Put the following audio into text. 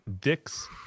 dicks